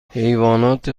حیوانات